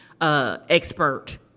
expert